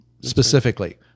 Specifically